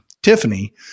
Tiffany